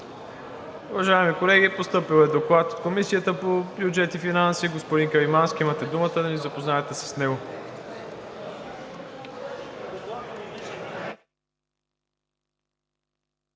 Уважаеми колеги, постъпил е Доклад от Комисията по бюджет и финанси. Господин Каримански, имате думата да ни запознаете с него.